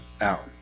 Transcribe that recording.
out